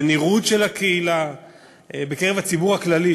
בנראות של הקהילה בקרב הציבור הכללי,